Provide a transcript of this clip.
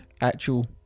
actual